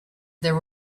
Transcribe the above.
there